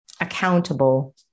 accountable